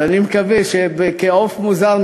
אז אני מקווה שכעוף מוזר,